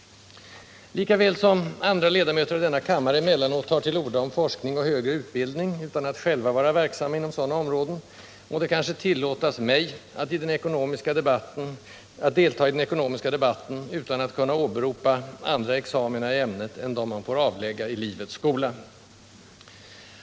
Lika väl som andra ledamöter i denna kammare emellanåt tar till orda om forskning och högre utbildning utan att själva vara verksamma inom sådana områden, må det kanske tillåtas mig att delta i den ekonomiska debatten utan att kunna åberopa andra examina i ämnet än dem man får avlägga i livets skola.